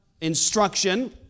instruction